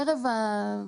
ירידה,